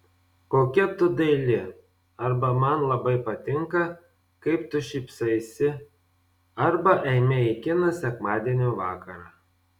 kokia tu daili arba man labai patinka kaip tu šypsaisi arba eime į kiną sekmadienio vakarą